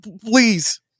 please